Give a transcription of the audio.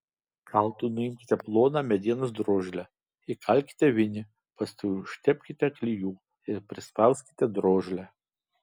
kaltu nuimkite ploną medienos drožlę įkalkite vinį paskui užtepkite klijų ir prispauskite drožlę